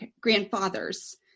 grandfathers